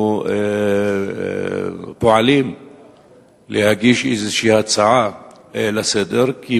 אנחנו פועלים להגיש איזו הצעה לסדר-היום,